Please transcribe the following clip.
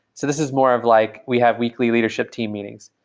so this is more of like we have weekly leadership team meetings.